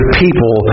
people